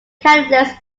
candidates